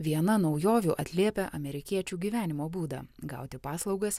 viena naujovių atliepia amerikiečių gyvenimo būdą gauti paslaugas